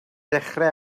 dechrau